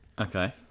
Okay